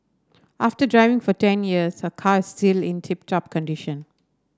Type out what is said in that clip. after driving for ten years her car is still in tip top condition